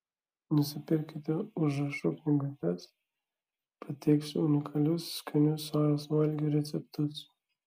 nusipirkite užrašų knygutes pateiksiu unikalius skanių sojos valgių receptus